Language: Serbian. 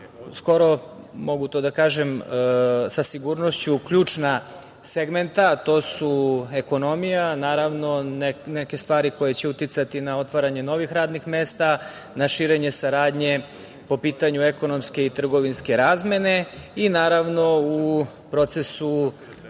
skoro mogu to da kažem sa sigurnošću, ključna segmenta, to su ekonomija, naravno neke stvari koje će uticati na otvaranje novih radnih mesta, na širenje saradnje po pitanju ekonomske i trgovinske razmene i naravno u procesu